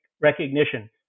recognition